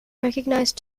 recognise